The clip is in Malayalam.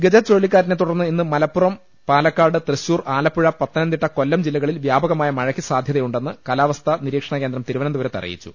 ഗജ ചുഴലിക്കാറ്റിനെ തുടർന്ന് ഇന്ന് മലപ്പുറം പാലക്കാട് തൃശൂർ ആലപ്പുഴ പത്തനംതിട്ട കൊല്ലം ജില്ലകളിൽ വ്യാപകമായ മഴയ്ക്ക് സാധ്യതയുണ്ടെന്ന് കാലാവസ്ഥാ നിരീക്ഷണ കേന്ദ്രം തിരുവനന്തപുരത്ത് അറിയിച്ചു